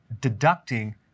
deducting